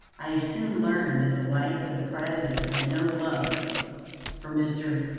i soon learned that the wife of the president had no love for mr.